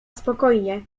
spokojnie